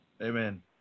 Amen